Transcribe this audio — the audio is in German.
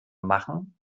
machen